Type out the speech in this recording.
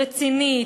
רצינית,